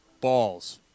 balls –